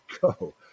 go